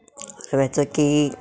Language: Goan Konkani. रव्याचो केक